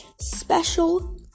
special